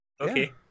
Okay